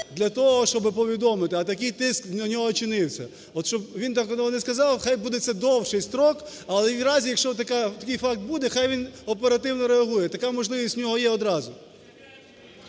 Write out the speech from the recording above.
для того, щоби повідомити. А такий тиск на нього чинився. От щоб він такого не сказав, хай буде це довший строк, але в разі, якщо така… такий факт буде, хай він оперативно реагує. Така можливість у нього є одразу.